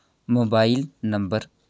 mobile number